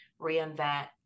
reinvent